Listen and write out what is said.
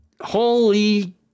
holy